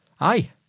Aye